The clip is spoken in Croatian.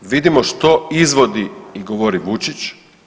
Vidimo što izvodi i govori Vučić.